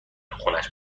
خونش